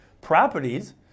properties